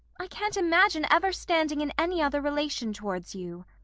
i can't imagine ever standing in any other relation towards you.